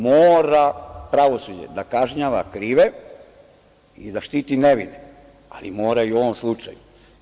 Mora pravosuđe da kažnjava krive i da štiti nevine, ali mora i u ovom slučaju.